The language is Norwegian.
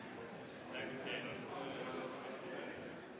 som er bedre